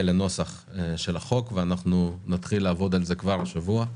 לנוסח של החוק ונתחיל לעבוד על זה כבר השבוע.